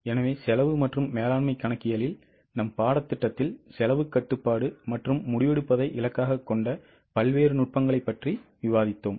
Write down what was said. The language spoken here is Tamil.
எனவே செலவு மற்றும் மேலாண்மை கணக்கியலில் நம் பாடத்திட்டத்தில் செலவுக் கட்டுப்பாடு மற்றும் முடிவெடுப்பதை இலக்காகக் கொண்ட பல்வேறு நுட்பங்களைப் பற்றி விவாதித்தோம்